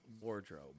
wardrobe